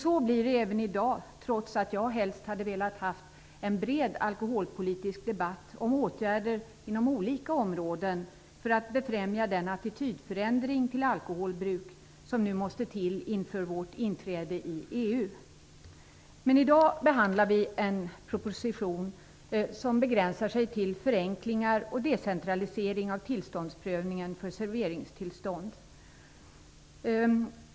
Så blir det även i dag, trots att jag helst skulle vilja ha en bred alkoholpolitisk debatt om åtgärder på olika områden för att befrämja den attitydförändring till alkoholbruk som nu måste till inför vårt inträde i EU. Men i dag behandlar vi en proposition som begränsar sig till förenklingar och decentralisering av tillståndsprövningen för serveringstillstånd.